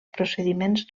procediments